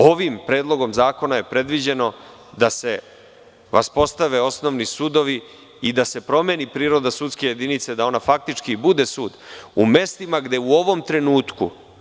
Ovim predlogom zakona je predviđeno da se vaspostave osnovni sudovi i da se promeni priroda sudske jedinice i da ona faktički bude sud u mestima gde u ovom trenutku…